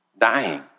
dying